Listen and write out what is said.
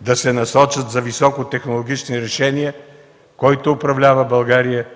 да се насочат за високо технологични решения, то който управлява България